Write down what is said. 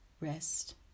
rest